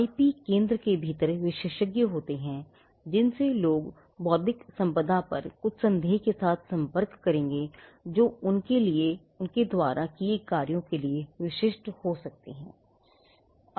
IP केंद्र के भीतर विशेषज्ञ होते हैं जिनसे लोग बौद्धिक संपदा पर कुछ संदेह के साथ संपर्क करेंगे जो उनके लिए द्वारा किए जा रहे कार्यों के लिए विशिष्ट हो सकते हैं